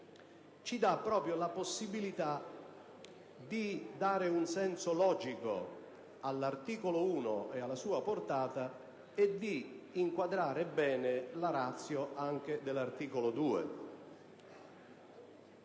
ci dà proprio la possibilità di dare un senso logico all'articolo 1 e alla sua portata e di inquadrare bene la *ratio* anche dell'articolo 2.